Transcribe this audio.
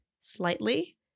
slightly